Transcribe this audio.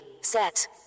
set